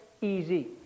Easy